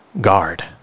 guard